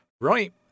Right